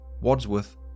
Wadsworth